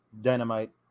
Dynamite